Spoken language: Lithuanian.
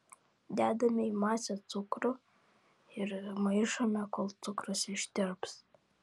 dedame į masę cukrų ir maišome kol cukrus ištirps